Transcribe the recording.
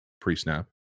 pre-snap